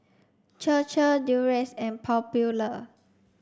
Chir Chir Durex and Popular